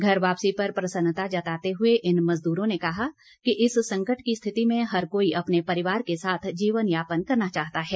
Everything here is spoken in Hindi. घर वापसी पर प्रसन्नता जताते हुए इन मजदूरों ने कहा कि इस संकट की स्थिति में हर कोई अपने परिवार के साथ जीवन यापन करना चाहता है